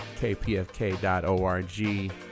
kpfk.org